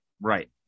right